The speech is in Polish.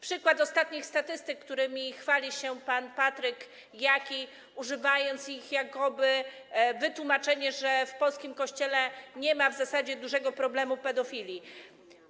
Przykład z ostatnich statystyk, którymi chwali się pan Patryk Jaki, używając ich jako wytłumaczenia, że w polskim Kościele nie ma w zasadzie dużego problemu pedofilii.